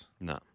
No